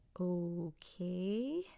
Okay